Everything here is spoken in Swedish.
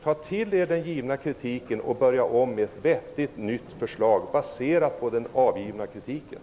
Ta till er den avgivna kritiken och börja om med ett nytt, vettigt förslag, ett förslag som är baserat på kritiken.